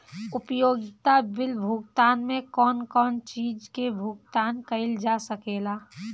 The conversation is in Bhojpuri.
उपयोगिता बिल भुगतान में कौन कौन चीज के भुगतान कइल जा सके ला?